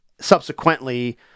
subsequently